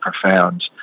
profound